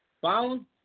found